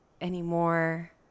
anymore